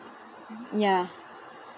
ya